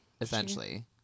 essentially